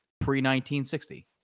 pre-1960